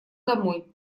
домой